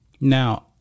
Now